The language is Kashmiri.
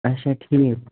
اَچھا ٹھیٖک